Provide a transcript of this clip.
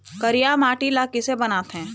करिया माटी ला किसे बनाथे?